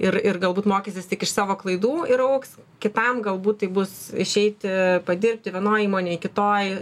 ir ir galbūt mokysis tik iš savo klaidų ir augs kitam galbūt tai bus išeiti padirbti vienoj įmonėj kitoj